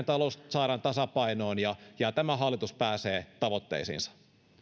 talous saadaan tasapainoon ja ja tämä hallitus pääsee tavoitteisiinsa